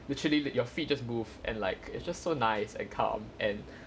literally that your feet just move and like it's just so nice and calm and